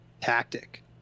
tactic